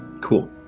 Cool